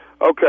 Okay